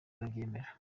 arabyemera